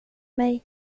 mig